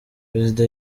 perezida